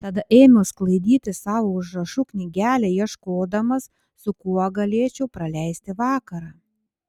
tada ėmiau sklaidyti savo užrašų knygelę ieškodamas su kuo galėčiau praleisti vakarą